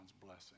blessing